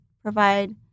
provide